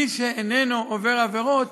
מי שאיננו עובר עבירות